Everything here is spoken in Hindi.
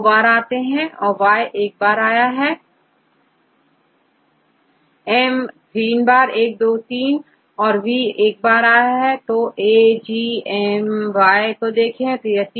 छात्र L दो बार तथा Y 1 बार Student 3 1 2 3 and V